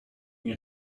nie